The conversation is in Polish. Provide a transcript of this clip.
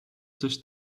coś